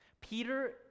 Peter